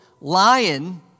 lion